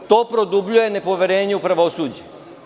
To produbljuje nepoverenje u pravosuđe.